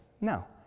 No